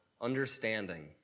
understanding